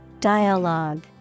Dialogue